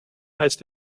heißt